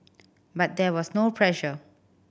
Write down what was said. but there was no pressure